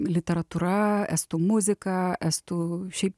literatūra estų muzika estų šiai